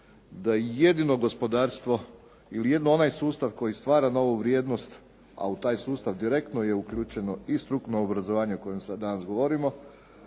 je jedino gospodarstvo ili jedino onaj sustav koji stvara novu vrijednost, a u taj sustav je direktno uključeno i strukovno obrazovanje o kojem danas govorimo,